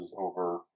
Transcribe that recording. over